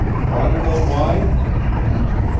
want to know why? he asked.